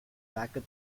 backup